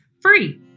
free